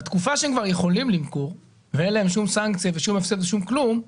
בתקופה שהם כבר יכולים למכור ואין להם שום סנקציה ושום הפסד ושום כלום,